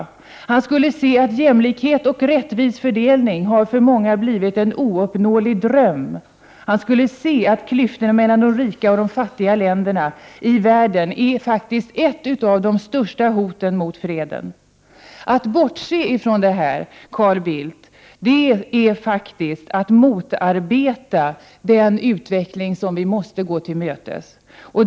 Vidare skulle han se att jämlikhet och rättvis fördelning för många har blivit en ouppnåelig dröm och att klyftorna mellan de rika och de fattiga länderna i världen faktiskt är ett av de största hoten mot freden. Att bortse från allt detta, Carl Bildt, är faktiskt att motarbeta den utveckling som vi måste gå till mötes.